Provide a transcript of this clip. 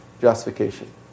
justification